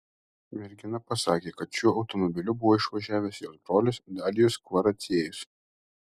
mergina pasakė kad šiuo automobiliu buvo išvažiavęs jos brolis dalijus kvaraciejus